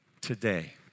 today